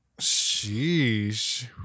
Sheesh